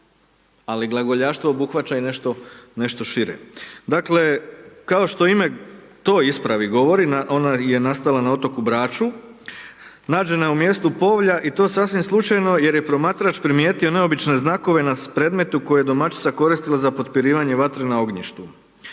ali glagoljaštvo obuhvaća i nešto, nešto šire. Dakle, kao što ime toj ispravi govori ona je nastala na otoku Braču, nađena je u mjestu Povlja i to sasvim slučajno jer je promatrač primijetio neobične znakove na predmetu koje je domaćica koristila za potpirivanje vatre na ognjištu.